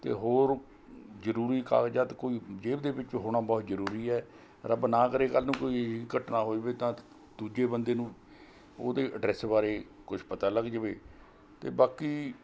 ਅਤੇ ਹੋਰ ਜ਼ਰੂਰੀ ਕਾਗਜ਼ਾਤ ਕੋਈ ਜੇਬ ਦੇ ਵਿੱਚ ਹੋਣਾ ਬਹੁਤ ਜ਼ਰੂਰੀ ਹੈ ਰੱਬ ਨਾ ਕਰੇ ਕੱਲ੍ਹ ਨੂੰ ਕੋਈ ਘਟਨਾ ਹੋ ਜਾਵੇ ਤਾਂ ਦੂਜੇ ਬੰਦੇ ਨੂੰ ਉਹਦੇ ਐਡਰੈਸ ਬਾਰੇ ਕੁਝ ਪਤਾ ਲੱਗ ਜਾਵੇ ਅਤੇ ਬਾਕੀ